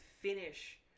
finish